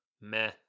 Meh